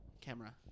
Camera